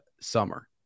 Summer